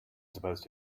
supposed